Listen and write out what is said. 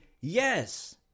Yes